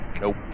Nope